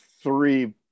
three